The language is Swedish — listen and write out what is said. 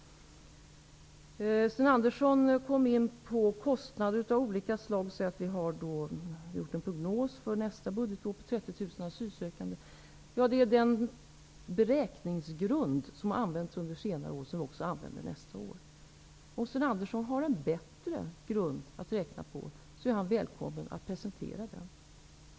Sten Andersson kom in på kostnader av olika slag. Vi har gjort en prognos för nästa budgetår på 30 000 asylsökande. Den beräkningsgrund som har använts under senare år har också använts för nästa år. Om Sten Andersson har en bättre grund att räkna på är han välkommen att presentera den.